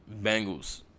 Bengals